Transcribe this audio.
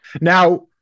Now